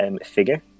figure